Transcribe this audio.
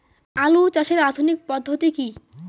আলু চাষের আধুনিক পদ্ধতি কি?